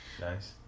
Nice